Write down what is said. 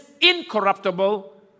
incorruptible